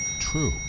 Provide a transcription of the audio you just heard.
True